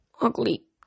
ugly